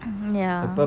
ya